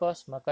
oh